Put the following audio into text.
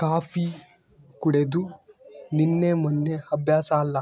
coffee ಕುಡೆದು ನಿನ್ನೆ ಮೆನ್ನೆ ಅಭ್ಯಾಸ ಅಲ್ಲ